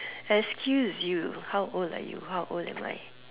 excuse you how old are you how old am I